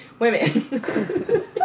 women